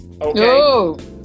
Okay